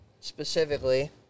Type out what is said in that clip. Specifically